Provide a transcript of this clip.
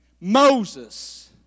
Moses